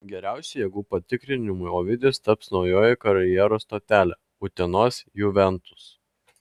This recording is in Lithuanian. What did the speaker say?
geriausiu jėgų patikrinimu ovidijui taps naujoji karjeros stotelė utenos juventus